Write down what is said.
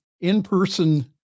in-person